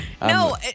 No